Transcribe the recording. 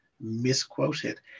misquoted